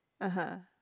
(uh huh)